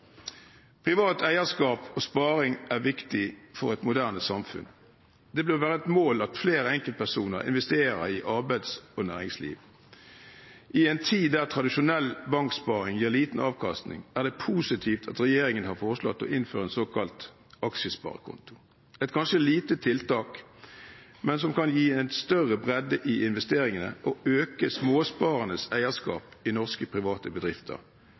Privat eierskap og sparing er viktig for et moderne samfunn. Det bør være et mål at flere enkeltpersoner investerer i arbeids- og næringsliv. I en tid der tradisjonell banksparing gir liten avkastning, er det positivt at regjeringen har foreslått å innføre såkalt aksjesparekonto – et kanskje lite tiltak, men det kan gi en større bredde i investeringene og øke småsparernes eierskap i norske private bedrifter.